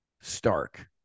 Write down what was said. stark